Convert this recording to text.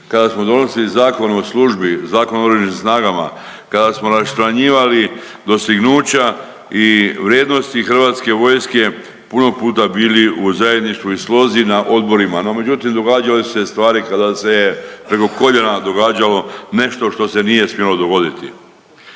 kada smo donosili zakon o službi, Zakon o Oružanim snagama, kada smo raščlanjivali dostignuća i vrijednosti Hrvatske vojske, puno puta bili u zajedništvu i slozi na odborima, no međutim, događale su se stvari kada se preko koljena događalo nešto što se nije smjelo dogoditi.